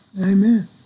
Amen